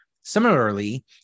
Similarly